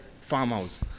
farmhouse